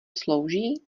slouží